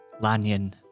Lanyon